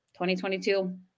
2022